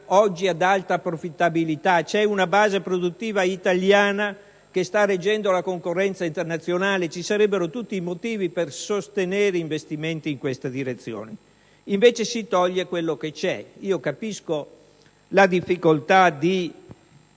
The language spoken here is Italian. oggi ad alta profittabilità. Vi è una base produttiva italiana che sta reggendo la concorrenza internazionale; ci sarebbero tutti i motivi per sostenere investimenti in questa direzione, invece, si toglie quel che c'è. Capisco la difficoltà di